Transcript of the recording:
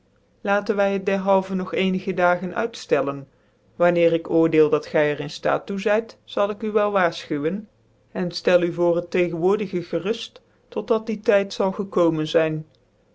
laten wv het dcrhalvcn nog ecnigc dagen uitftellenj wanneer ik oordcel dat gy er in ftaat toe zy zal ik u wel waarlchuwcn cn u voor het tegenwoordige geruft tot dat die tyt zal gekomen zyn